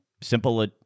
simple